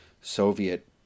Soviet